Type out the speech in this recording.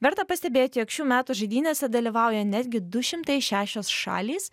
verta pastebėti jog šių metų žaidynėse dalyvauja netgi du šimtai šešios šalys